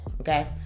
Okay